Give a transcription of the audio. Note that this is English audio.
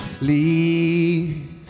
leave